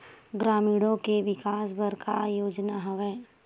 ग्रामीणों के विकास बर का योजना हवय?